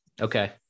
okay